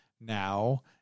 now